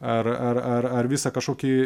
ar ar ar ar visą kažkokį